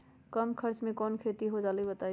कम खर्च म कौन खेती हो जलई बताई?